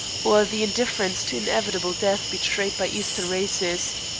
or the indifference to inevitable death betrayed by eastern races.